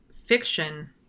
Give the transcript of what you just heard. fiction